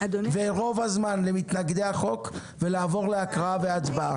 רוב הזמן למתנגדי החוק ולעבור להקראה והצבעה.